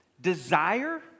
desire